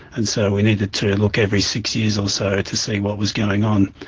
and so we needed to look every six years or so to see what was going on.